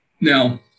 Now